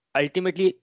ultimately